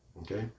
okay